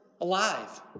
alive